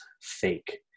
fake